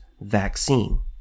vaccine